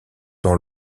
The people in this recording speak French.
dans